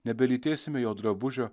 nebelytėsime jo drabužio